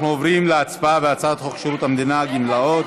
אנחנו עוברים להצבעה על הצעת חוק שירות המדינה (גמלאות)